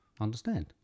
understand